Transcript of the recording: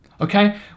okay